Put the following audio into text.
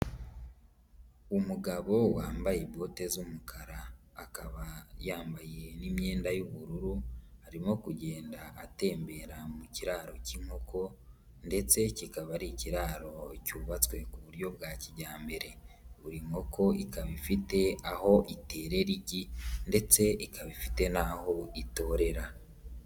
Umugabo wambaye bote z'umukara, akaba yambaye n'imyenda y'ubururu, arimo kugenda atembera mu kiraro cy'inkoko ndetse kikaba ari ikiraro cyubatswe ku buryo bwa kijyambere, buri nkoko ikaba ifite aho iterera igi ndetse ikaba ifite n'aho itorera.